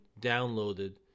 downloaded